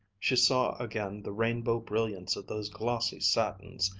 she saw again the rainbow brilliance of those glossy satins,